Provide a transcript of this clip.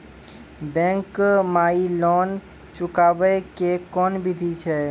Bank माई loan चुकाबे के कोन बिधि छै?